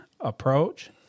approach